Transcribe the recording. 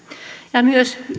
ja